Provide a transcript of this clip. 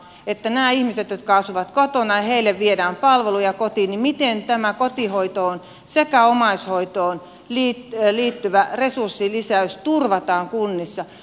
nämä ihmiset jotka asuvat kotona ja joille viedään palveluja kotiin miten tämä kotihoitoon sekä omaishoitoon liittyvä resurssilisäys turvataan kunnissa